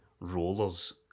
Rollers